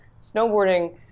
snowboarding